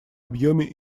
объеме